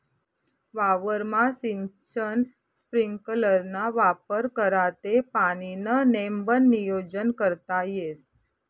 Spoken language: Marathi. वावरमा सिंचन स्प्रिंकलरना वापर करा ते पाणीनं नेमबन नियोजन करता येस